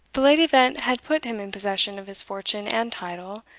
the late event had put him in possession of his fortune and title,